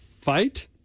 fight